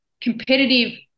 competitive